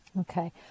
Okay